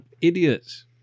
idiots